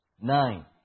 nine